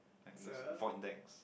and those with void decks